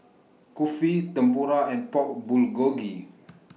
Kulfi Tempura and Pork Bulgogi